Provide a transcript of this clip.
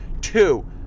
Two